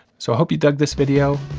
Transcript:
so i hope you dug this video.